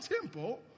temple